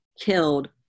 killed